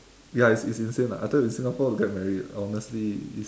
ya it's it's insane ah I tell you in singapore to get married honestly is